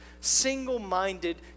single-minded